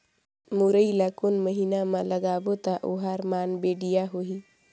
मुरई ला कोन महीना मा लगाबो ता ओहार मान बेडिया होही?